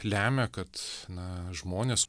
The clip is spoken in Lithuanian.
lemia kad na žmonės